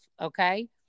okay